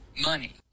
money